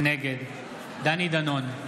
נגד דני דנון,